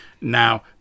now